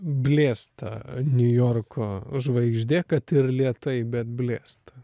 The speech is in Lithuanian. blėsta niujorko žvaigždė kad ir lėtai bet blėsta